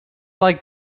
like